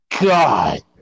god